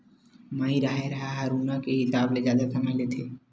माई राहेर ह हरूना के हिसाब ले जादा समय लेथे